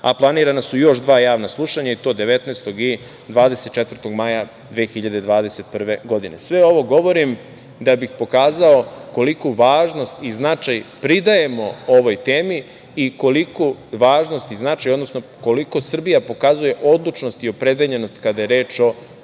a planirana su još dva javna slušanja i to 19. i 24. maja 2021. godine. Sve ovo govorim da bih pokazao koliku važnost i značaj pridajemo ovoj temi i koliku važnost i značaj, odnosno koliko Srbija pokazuje odlučnost i opredeljenost kada je reč o